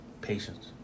patience